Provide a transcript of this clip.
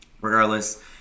regardless